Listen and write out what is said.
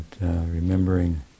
remembering